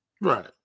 Right